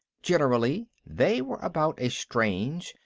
generally, they were about a strange,